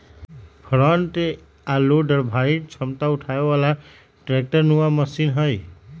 front आ loader भारी क्षमता उठाबे बला ट्रैक्टर नुमा मशीन हई